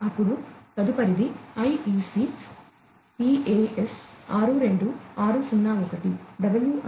అప్పుడు తదుపరిది IEC PAS 62601 WIA PA